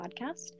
podcast